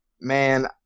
Man